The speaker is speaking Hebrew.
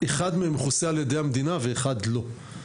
אחד מהם מכוסה על-ידי המדינה ואחד לא.